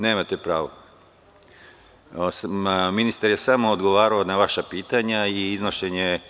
Nemate pravo, ministar je samo odgovarao na vaša pitanja i iznošenje.